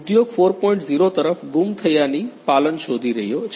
0 તરફ ગુમ થયાની પાલન શોધી રહ્યો છે